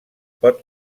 pot